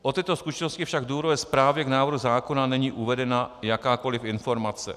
O této skutečnosti však v důvodové zprávě k návrhu zákona není uvedena jakákoliv informace.